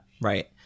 Right